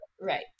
Right